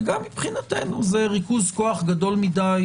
וגם מבחינתנו זה ריכוז כוח גדול מדי,